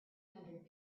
hundred